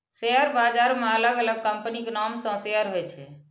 share बाजार मे अलग अलग कंपनीक नाम सं शेयर होइ छै